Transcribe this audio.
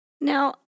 Now-